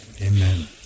Amen